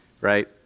right